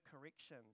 correction